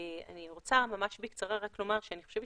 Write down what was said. אני רוצה ממש בקצרה רק לומר שאני חושבת